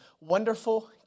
Wonderful